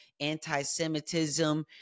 anti-Semitism